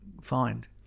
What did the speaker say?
find